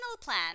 plan